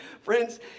Friends